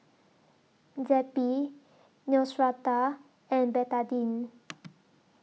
Zappy Neostrata and Betadine